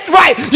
right